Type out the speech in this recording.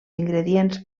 ingredients